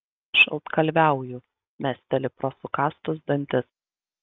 šaltkalviauju mesteli pro sukąstus dantis